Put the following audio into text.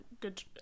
good